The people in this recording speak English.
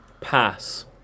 Pass